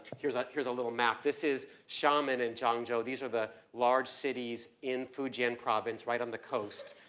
here's ah here's a little map. this is xiamen um and and zhangzhou. these are the large cities in fujian province right on the coast.